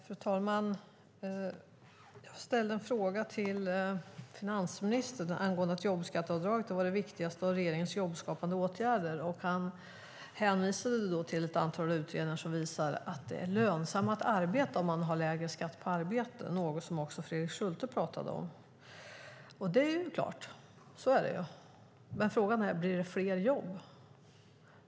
Fru talman! Jag ställde en fråga till finansministern angående att jobbskatteavdragen har varit den viktigaste av regeringens jobbskapande åtgärder. Han hänvisade till ett antal utredningar som visar att det är lönsammare att arbeta om man har lägre skatt på arbete, något som också Fredrik Schulte pratade om. Det är klart; så är det ju. Men frågan är: Blir det fler jobb?